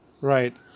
Right